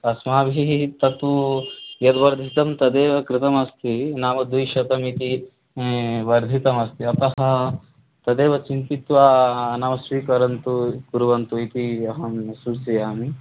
अस्माभिः तत्तु यद्वर्धितं तदेव कृतमस्ति नाम द्विशतमिति वर्धितमस्ति अतः तदेव चिन्तयित्वा नाम स्वीकुर्वन्तु कुर्वन्तु इति अहं सूचयामि